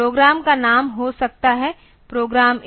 programme का नाम हो सकता है प्रोग्राम 1